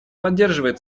поддерживает